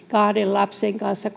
kahden lapsen kanssa